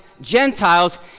Gentiles